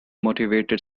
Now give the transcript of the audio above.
motivated